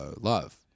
love